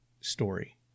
story